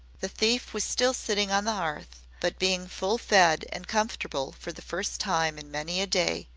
the thief was still sitting on the hearth, but being full fed and comfortable for the first time in many a day,